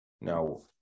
Now